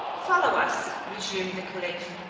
follow us, resumed the caliph,